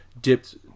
dipped